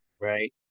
Right